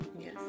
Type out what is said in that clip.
Yes